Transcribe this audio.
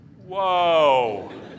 whoa